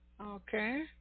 Okay